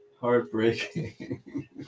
heartbreaking